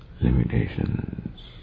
Limitations